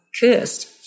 cursed